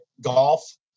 golf